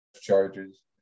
charges